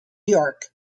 york